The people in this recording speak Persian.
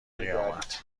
قیامت